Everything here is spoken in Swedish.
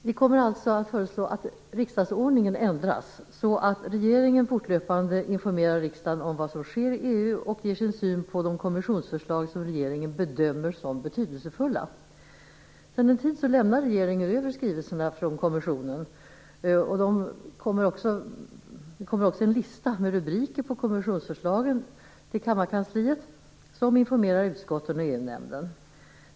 Vi föreslår alltså att riksdagsordningen ändras så att regeringen fortlöpande informerar riksdagen om vad som sker i EU och ger sin syn på de kommissionsförslag som regeringen bedömer som betydelsefulla. Sedan en tid lämnar regeringen över skrivelserna från kommissionen, och det kommer också en lista med rubriker på kommissionsförslagen till kammarkansliet, som informerar utskotten och EU-nämnden.